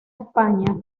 españa